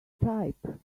type